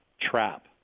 trap